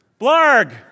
Blarg